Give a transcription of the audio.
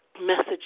message